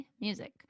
music